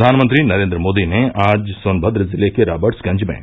प्रधानमंत्री नरेन्द्र मोदी ने आज सोनभद्र जिले के रावर्ट्सगंज में